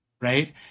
Right